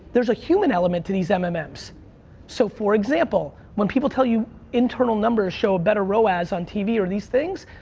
there's a human element to these mmms. so, for example, when people tell you internal numbers show a better row-az on tv or these things,